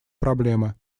проблемы